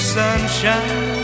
sunshine